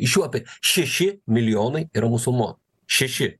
iš jų apie šeši milijonai yra musulmonų šeši